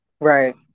Right